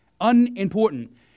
unimportant